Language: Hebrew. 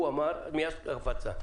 הוא אמר, ומיד קפצת.